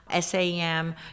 SAM